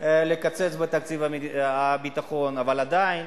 לקצץ בתקציב הביטחון, אבל עדיין,